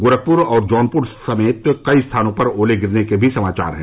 गोरखप्र और जौनप्र समेत कई स्थानों पर ओले गिरने के भी समाचार हैं